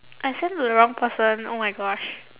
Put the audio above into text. I send to the wrong person oh my gosh